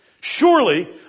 surely